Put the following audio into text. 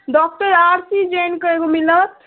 doctor Aarti Jain के एगो मिलत